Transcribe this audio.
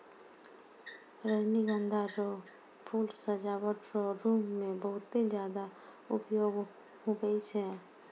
रजनीगंधा रो फूल सजावट रो रूप मे बहुते ज्यादा उपयोग हुवै छै